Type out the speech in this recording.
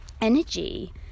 energy